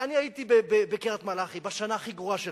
אני הייתי בקריית-מלאכי בשנה הכי גרועה שלה,